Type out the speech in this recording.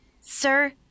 Sir